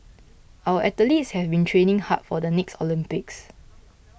our athletes have been training hard for the next Olympics